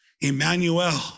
Emmanuel